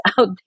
out